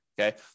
okay